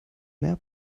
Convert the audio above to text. mehr